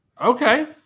Okay